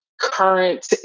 current